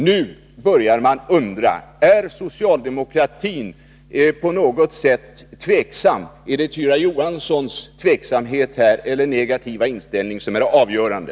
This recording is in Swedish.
Nu finns det dock skäl att undra: Är socialdemokraterna på något sätt tveksamma? Skall Tyra Johanssons negativa inställning bli avgörande?